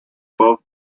pub